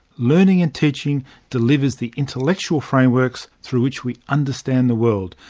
learning and teaching delivers the intellectual frameworks through which we understand the world,